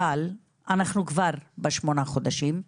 אבל אנחנו כבר בשמונה חודשים,